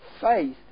faith